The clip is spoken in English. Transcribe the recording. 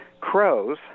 crows